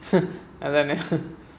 அதானே:adhaanae